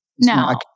No